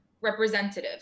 representative